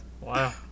Wow